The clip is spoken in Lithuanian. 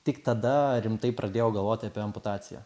tik tada rimtai pradėjau galvoti apie amputaciją